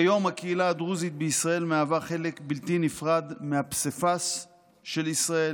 כיום הקהילה הדרוזית בישראל מהווה חלק בלתי נפרד מהפסיפס של ישראל.